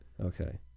Okay